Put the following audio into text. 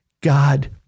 God